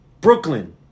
Brooklyn